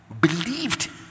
believed